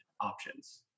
options